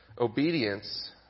obedience